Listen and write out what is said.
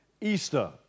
Easter